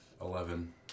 Eleven